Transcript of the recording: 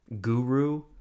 guru